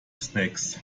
snacks